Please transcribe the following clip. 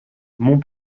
mont